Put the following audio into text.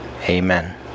Amen